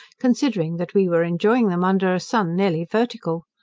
considering that we were enjoying them under a sun nearly vertical.